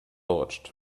rutscht